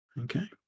Okay